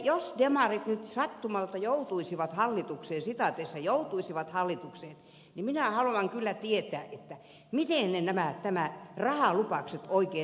jos demarit nyt sattumalta joutuisivat hallitukseen niin minä haluan kyllä tietää miten te nämä rahalupaukset oikein täytätte